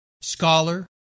scholar